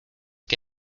que